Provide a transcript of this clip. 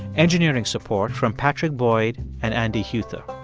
engineering support from patrick boyd and andy huether